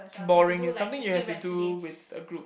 it's boring it's something you have to do with a group